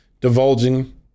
divulging